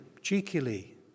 cheekily